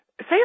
say